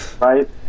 right